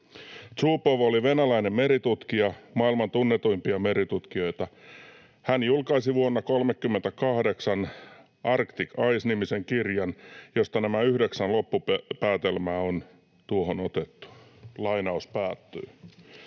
Zubov oli venäläinen meritutkija, maailman tunnetuimpia meritutkijoita. Hän julkaisi vuonna 38 Arctic Ice -nimisen kirjan, josta nämä yhdeksän loppupäätelmää on tuohon otettu.” Eli kyllä